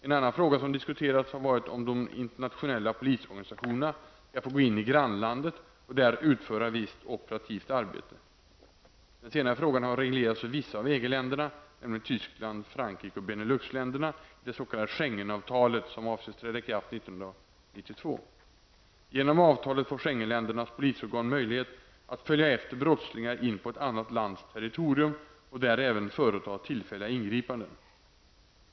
En annan fråga som diskuterats har varit om de nationella polisorganisationerna skall få gå in i grannlandet och där utföra visst operativt arbete. Den senare frågan har reglerats för vissa av EG-länderna, nämligen Tyskland, Frankrike och Beneluxländerna, i det s.k. Schengenavtalet som avses träda i kraft 1992. Genom avtalet får Schengenländernas polisorganisation möjlighet att följa efter brottslingar in på ett annat lands territorium och där även företa tillfälliga ingripanden.